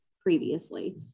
previously